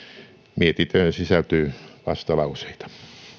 mietintöön sisältyy vastalauseita